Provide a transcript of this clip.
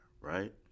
right